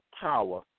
power